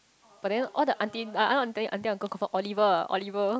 but then all the aunty ah ah aunty uncle confirm Oliver Oliver